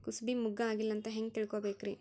ಕೂಸಬಿ ಮುಗ್ಗ ಆಗಿಲ್ಲಾ ಅಂತ ಹೆಂಗ್ ತಿಳಕೋಬೇಕ್ರಿ?